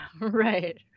Right